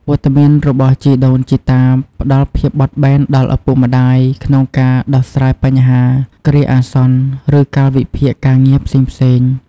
វត្តមានរបស់ជីដូនជីតាផ្តល់ភាពបត់បែនដល់ឪពុកម្តាយក្នុងការដោះស្រាយបញ្ហាគ្រាអាសន្ន ឬកាលវិភាគការងារផ្សេងៗ។